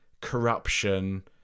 corruption